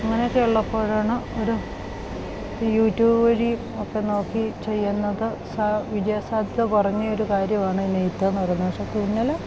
അങ്ങനെയൊക്കെ ഉള്ളപ്പോഴാണ് ഒരു യൂട്യൂബ് വഴി ഒക്കെ നോക്കി ചെയ്യുന്നത് സാ വിജയ സാധ്യത കുറഞ്ഞ ഒരു കാര്യമാണ് ഈ നെയ്ത്തെന്ന് പറയുന്നത് പക്ഷേ തുന്നൽ